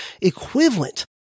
equivalent